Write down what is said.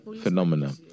phenomena